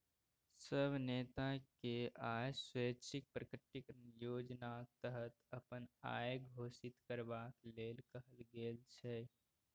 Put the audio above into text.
सब नेताकेँ आय स्वैच्छिक प्रकटीकरण योजनाक तहत अपन आइ घोषित करबाक लेल कहल गेल छै